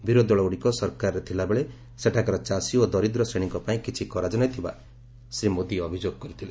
ବିରୋଧୀଦଳଗ୍ରଡ଼ିକ ସରକାରରେ ଥିଲାବେଳେ ସେଠାକାର ଚାଷୀ ଓ ଦରିଦ୍ର ଶ୍ରେଣୀଙ୍କ ପାଇଁ କିଛି କରାଯାଇନଥିବା ଶ୍ରୀ ମୋଦି ଅଭିଯୋଗ କରିଥିଲେ